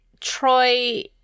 Troy